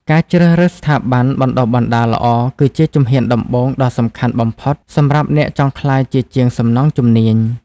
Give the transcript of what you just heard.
ការជ្រើសរើសស្ថាប័នបណ្តុះបណ្តាលល្អគឺជាជំហានដំបូងដ៏សំខាន់បំផុតសម្រាប់អ្នកចង់ក្លាយជាជាងសំណង់ជំនាញ។